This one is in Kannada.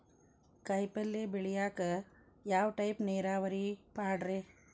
ಕಾಯಿಪಲ್ಯ ಬೆಳಿಯಾಕ ಯಾವ ಟೈಪ್ ನೇರಾವರಿ ಪಾಡ್ರೇ?